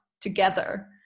together